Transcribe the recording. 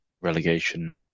relegation